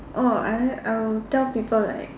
oh I I will tell people like